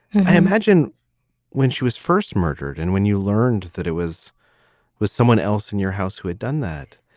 i imagine when she was first murdered and when you learned that it was with someone else in your house who had done that.